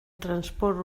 transport